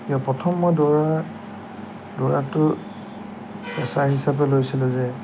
যেতিয়া প্ৰথম মই দৌৰোঁ দৌৰাটো পেঁচা হিচাপে লৈছিলোঁ যে